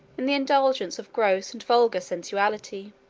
in the indulgence of gross and vulgar sensuality.